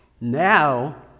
now